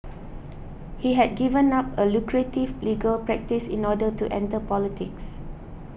he had given up a lucrative legal practice in order to enter politics